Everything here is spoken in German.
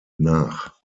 nach